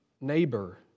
neighbor